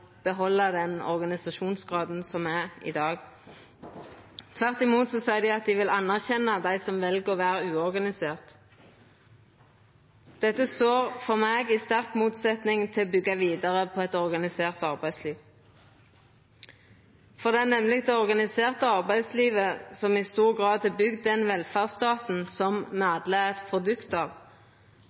behalda den organisasjonsgraden som er i dag. Tvert imot seier dei at dei «anerkjenner» dei som vel å vera uorganiserte. Dette står for meg å vera i sterk motsetnad til å byggja vidare på eit organisert arbeidsliv. Det er nemleg det organiserte arbeidslivet som i stor grad har bygd den velferdsstaten som me alle er produkt av.